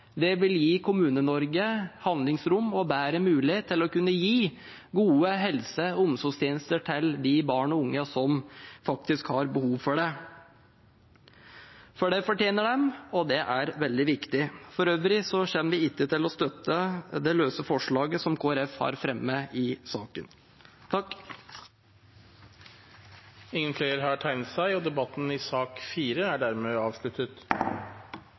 Det vil gi Kommune-Norge handlingsrom og bedre mulighet til å kunne gi gode helse- og omsorgstjenester til de barn og unge som faktisk har behov for det, for det fortjener de, og det er veldig viktig. For øvrig kommer vi ikke til å støtte det løse forslaget som Kristelig Folkeparti har fremmet i saken. Flere har ikke bedt om ordet til sak nr. 4. De fleste eldre i Norge lever et godt liv. De er